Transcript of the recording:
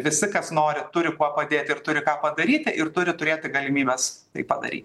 visi kas nori turi kuo padėt ir turi ką padaryti ir turi turėti galimybes tai padaryt